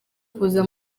kuza